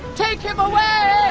take him away!